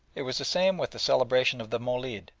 it was the same with the celebration of the molid,